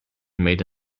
made